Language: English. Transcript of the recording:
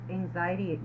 anxiety